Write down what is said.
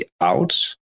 out